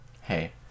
Hey